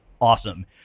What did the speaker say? awesome